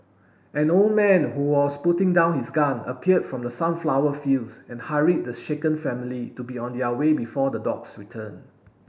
an old man who was putting down his gun appeared from the sunflower fields and hurried the shaken family to be on their way before the dogs return